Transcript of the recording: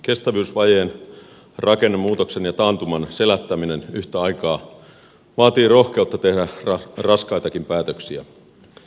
kestävyysvajeen rakennemuutoksen ja taantuman selättäminen yhtä aikaa vaatii rohkeutta tehdä raskaitakin päätöksiä